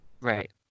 Right